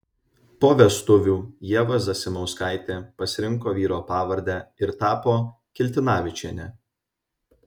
po vestuvių ieva zasimauskaitė pasirinko vyro pavardę ir tapo kiltinavičiene